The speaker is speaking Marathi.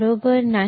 बरोबर नाही